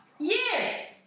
Yes